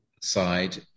side